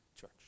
church